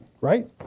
right